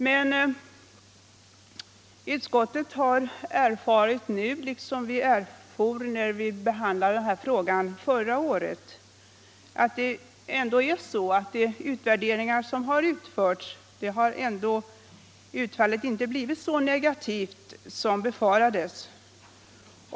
Men utskottet har nu liksom när denna fråga behandlades förra året erfarit att utfallet av de utvärderingar som har gjorts inte har blivit så negativt som befarades.